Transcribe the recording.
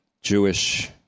Jewish